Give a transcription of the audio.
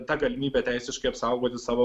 ta galimybė teisiškai apsaugoti savo